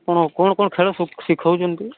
ଆପଣ କ'ଣ କ'ଣ ଖେଳ ଶିଖାଉଛନ୍ତି